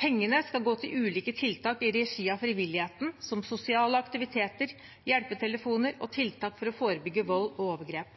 Pengene skal gå til ulike tiltak i regi av frivilligheten, som sosiale aktiviteter, hjelpetelefoner og